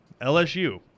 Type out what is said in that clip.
LSU